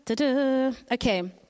Okay